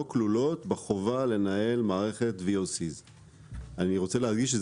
כלולות בחובה לנהל מערכת VOC. אני רוצה להדגיש,